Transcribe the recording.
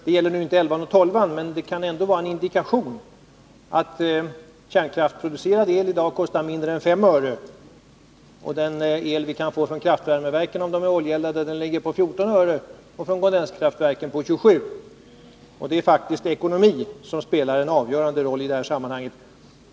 Det gäller nu inte nr 11 och 12, men det kan ändå vara en indikation att kärnkraftsproducerad el i dag kostar mindre än 5 öre, medan den el vi får från oljeeldade kraftvärmeverk ligger på 14 öre och den från kondenskraftverk på 27 öre. Ekonomin spelar faktiskt en avgörande rolli det här sammanhanget.